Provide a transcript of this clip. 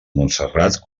montserrat